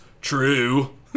true